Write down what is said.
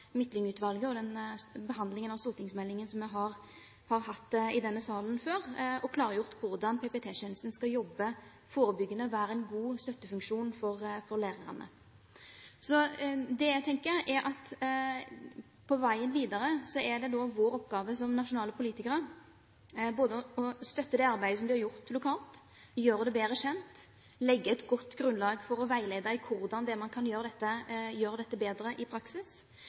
og den behandlingen av stortingsmeldingen som vi har hatt i denne salen før, og som har klargjort hvordan PP-tjenesten skal jobbe forebyggende og være en god støttefunksjon for lærerne. Det jeg tenker, er at på veien videre er det vår oppgave som nasjonale politikere både å støtte det arbeidet som er gjort totalt, gjøre det bedre kjent og legge et godt grunnlag for å veilede hvordan man kan gjøre dette bedre i praksis.